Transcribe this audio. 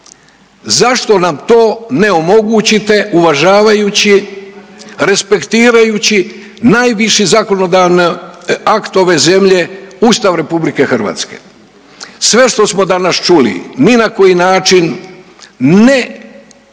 Zašto nam to ne omogućite uvažavajući respektirajući najviši zakonodavni akt ove zemlje Ustav Republike Hrvatske. Sve što smo danas čuli ni na koji način ne dokazuje